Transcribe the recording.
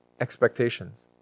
expectations